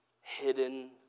hidden